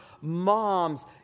Moms